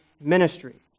ministry